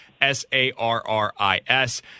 S-A-R-R-I-S